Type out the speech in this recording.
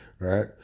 right